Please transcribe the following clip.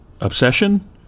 obsession